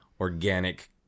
organic